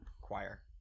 choir